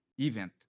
event